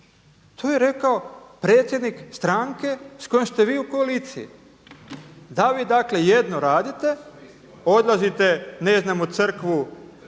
to je rekao predsjednik stranke sa kojom ste vi u koaliciji. Da vi dakle jedno radite, odlazite ne znam u crkvu